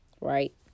Right